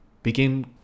begin